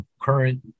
Current